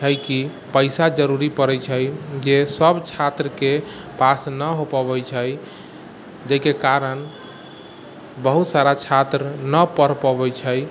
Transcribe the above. हइ कि पैसा जरूरी पड़ैत छै जे सब छात्रके पास नहि हो पबैत छै जाहिके कारण बहुत सारा छात्र नहि पढ़ि पबैत छै